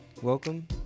Welcome